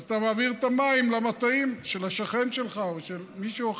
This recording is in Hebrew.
ואז אתה מעביר את המים למטעים של השכן שלך או של מישהו.